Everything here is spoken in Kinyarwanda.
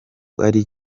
ari